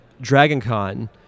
DragonCon